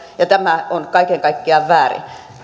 ja tämä on kaiken kaikkiaan väärin